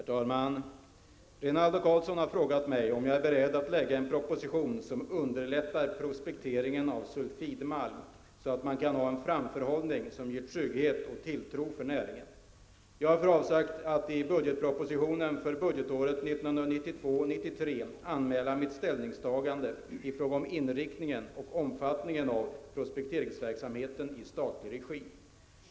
Herr talman! Rinaldo Karlsson har frågat mig om jag är beredd att lägga fram en proposition som underlättar prospekteringen av sulfidmalm, så att man kan ha en framställning som ger trygghet och tilltro för näringen. Jag har för avsikt att i budgetpropositionen för budgetåret 1992/93 anmäla mitt ställningstagande i fråga om inriktningen och omfattningen av prospekteringsverksamheten i statlig regi.